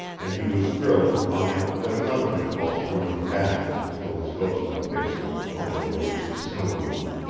and he was thrilled to find that another impulse drew him back until his ghostly face was a part of the elusive snow-gloom.